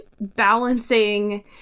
balancing